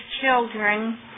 children